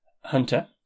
hunter